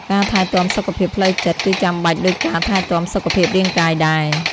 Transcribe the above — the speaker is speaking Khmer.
ការថែទាំសុខភាពផ្លូវចិត្តគឺចាំបាច់ដូចការថែទាំសុខភាពរាងកាយដែរ។